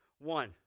one